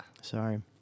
sorry